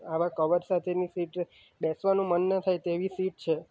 આવા કવર સાથેની સીટ બેસવાનું મન ના થાય તેવી સીટ છે